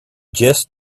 just